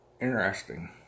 Interesting